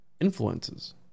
influences